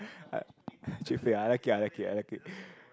I chick flick ah I like it I like it I like it ppo